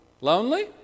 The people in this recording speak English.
Lonely